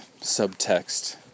subtext